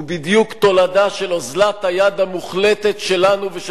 הוא בדיוק תולדה של אוזלת היד המוחלטת שלנו ושל